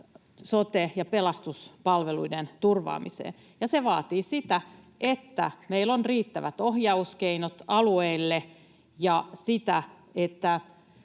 sote- ja pelastuspalveluiden turvaamiseen, ja se vaatii sitä, että meillä on riittävät ohjauskeinot alueille, ja sitä, että